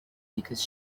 because